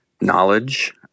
knowledge